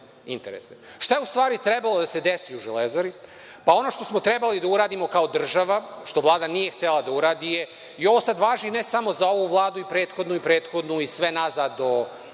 je u stvari trebalo da se desi u „Železari“? Ono što smo trebali da uradimo kao država, što Vlada nije htela da uradi. Ovo sad važi ne samo za ovu Vladu, i prethodnu, i prethodnu, i sve nazad do 5.